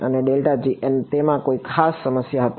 અને તેમાં કોઈ ખાસ સમસ્યા હતી